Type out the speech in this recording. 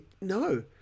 No